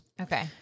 Okay